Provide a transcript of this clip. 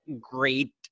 great